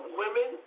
women